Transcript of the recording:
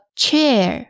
chair